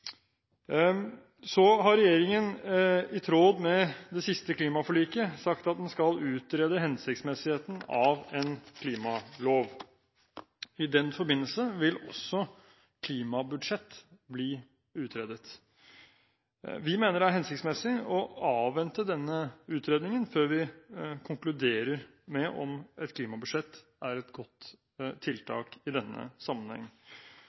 Så har regjeringen i tråd med det siste klimaforliket sagt at den skal utrede hensiktsmessigheten av en klimalov. I den forbindelse vil også klimabudsjett bli utredet. Vi mener det er hensiktsmessig å avvente denne utredningen før vi konkluderer med om et klimabudsjett er et godt tiltak i denne sammenheng.